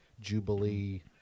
Jubilee